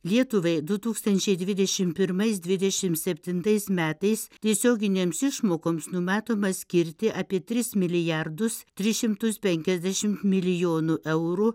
lietuvai du tūkstančiai dvidešim pirmais dvidešim septintais metais tiesioginėms išmokoms numatoma skirti apie tris milijardus tris šimtus penkiasdešimt milijonų eurų